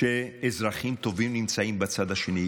שאזרחים טובים נמצאים בצד השני.